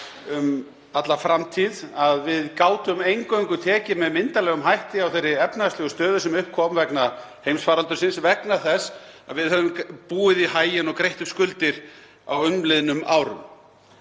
um það að við gátum eingöngu tekið með myndarlegum hætti á þeirri efnahagslegu stöðu sem upp kom vegna heimsfaraldursins þar sem við höfum búið í haginn og greitt upp skuldir á umliðnum árum.